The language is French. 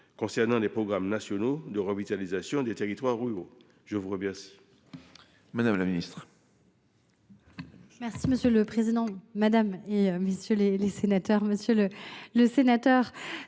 concernant les programmes nationaux de revitalisation des territoires ruraux. La parole